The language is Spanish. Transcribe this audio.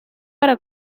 para